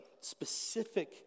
specific